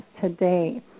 today